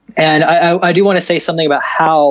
and i do want to say something about how